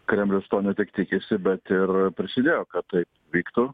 kremlius to ne tik tikisi bet ir prisidėjo kad tai vyktų